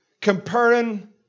Comparing